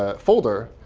ah folder,